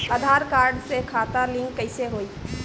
आधार card से खाता link कईसे होई?